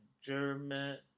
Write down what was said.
German